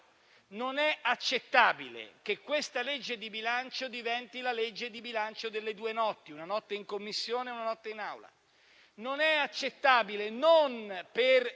Non è accettabile che la legge di bilancio diventi la legge di bilancio delle due notti: una notte in Commissione, una notte in Aula. Non è accettabile, ma non per